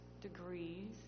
degrees